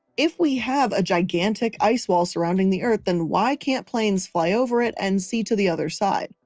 if we have a gigantic ice wall surrounding the earth then why can't planes fly over it and see to the other side?